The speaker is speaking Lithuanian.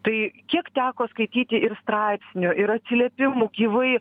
tai kiek teko skaityti ir straipsnių ir atsiliepimų gyvai